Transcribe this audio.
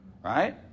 Right